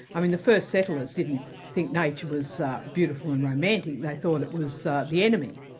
i mean, the first settlers didn't think nature was beautiful and romantic, they thought it was the enemy.